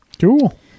Cool